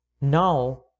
now